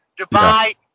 Dubai